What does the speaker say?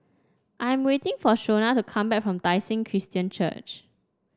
I am waiting for Shona to come back from Tai Seng Christian Church